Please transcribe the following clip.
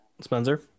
Spencer